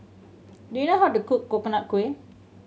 do you know how to cook Coconut Kuih